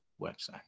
website